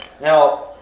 Now